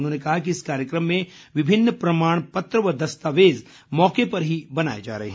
उन्होंने कहा कि इस कार्यक्रम में विभिन्न प्रमाण पत्र व दस्तावेज़ मौके पर ही बनाए जा रहे हैं